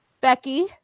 Becky